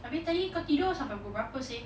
abeh tadi kau tidur sampai kul bapa seh